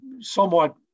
somewhat